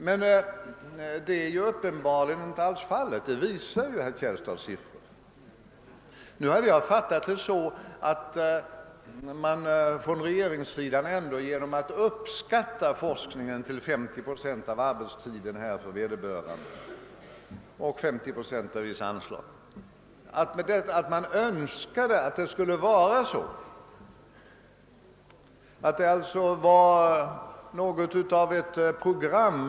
Men det är ju uppenbarligen inte alls fallet — det visar herr Källstads siffror. Jag har fattat det så att regeringen ändå genom att uppskatta forskningen till 50 procent av arbetstiden för vederbörande och genom att medräkna 50 procent av vissa anslag önskade att det förhöll sig så. Det skulle alltså vara något av ett program.